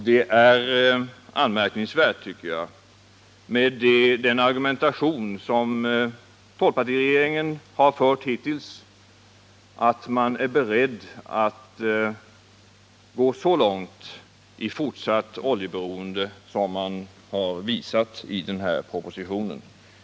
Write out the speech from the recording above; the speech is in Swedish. Mot bakgrund av den argumentation som folkpartiregeringen fört hittills är det anmärkningsvärt, tycker jag, att man är beredd att gå så långt i fortsatt oljeberoende som man har visat i propositionen.